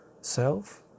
self